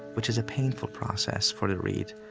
which is a painful process for the reed,